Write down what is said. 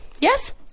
Yes